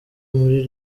muri